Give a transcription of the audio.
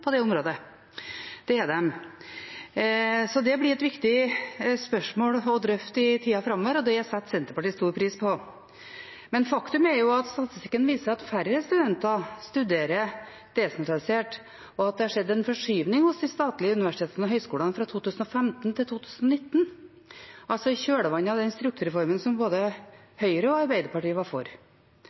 på det området, det er de. Det blir et viktig spørsmål å drøfte i tida framover, og det setter Senterpartiet stor pris på. Men faktum er at statistikken viser at færre studenter studerer desentralisert, og at det har skjedd en forskyvning hos de statlige universitetene og høyskolene fra 2015 til 2019, altså i kjølvannet av den strukturreformen som både Høyre og Arbeiderpartiet var for.